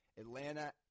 Atlanta